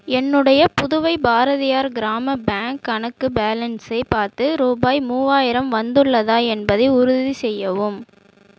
என்னுடைய புதுவை பாரதியார் கிராம பேங்க் கணக்கு பேலன்ஸை பார்த்து ரூபாய் மூவாயிரம் வந்துள்ளதா என்பதை உறுதி செய்யவும்